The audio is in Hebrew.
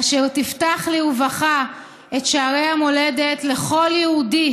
אשר תפתח לרווחה את שערי המולדת לכל יהודי